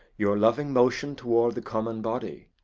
your loving motion toward the common body,